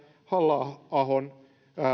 halla ahon